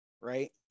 right